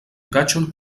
kaĉon